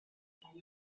while